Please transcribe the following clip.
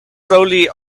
slowly